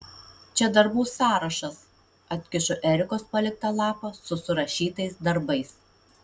čia darbų sąrašas atkišu erikos paliktą lapą su surašytais darbais